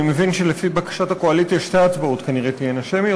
אני מבין שלפי בקשת הקואליציה שתי ההצבעות כנראה תהיינה שמיות,